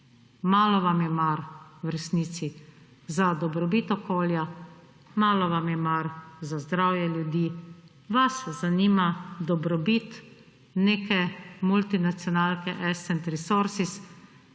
Malo vam je mar v resnici za dobrobit okolja, malo vam je mar za zdravje ljudi, vas zanima dobrobit neke multinacionalke Ascent